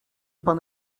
pan